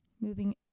Moving